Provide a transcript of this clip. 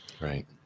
right